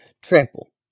Trample